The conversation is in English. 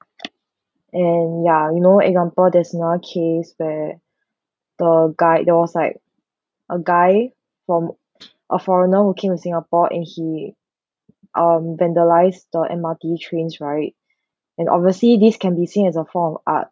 and ya you know example that's another case that the guy there was like a guy from a foreigner who came to singapore and he um vandalised the M_R_T trains right and obviously this can be seen as a form of art